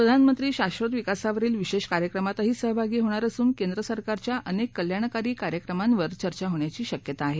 प्रधानमंत्री शाक्षत विकासावरील विशेष कार्यक्रमातही सहभागी होणार असून केंद्र सरकारच्या अनेक कल्याणकारी कार्यक्रमांवर चर्चा होण्याची शक्यता आहे